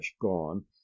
gone